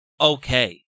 okay